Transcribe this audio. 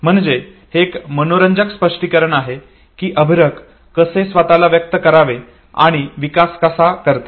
म्हणजे हे एक मनोरंजक स्पष्टीकरण आहे कि अर्भक कसे स्वतःला व्यक्त करावे याचा विकास कसा करते